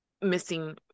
missing